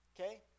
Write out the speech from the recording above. okay